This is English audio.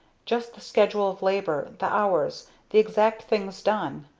just the schedule of labor the hours the exact things done.